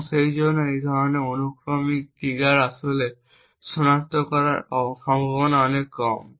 এবং সেইজন্য এই ধরনের একটি অনুক্রমিক ট্রিগার আসলে সনাক্ত করার সম্ভাবনা অনেক কম